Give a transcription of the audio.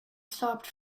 stopped